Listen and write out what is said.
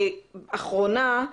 אחרונה,